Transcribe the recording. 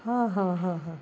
हां हां हां हां